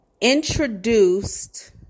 introduced